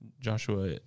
Joshua